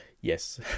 yes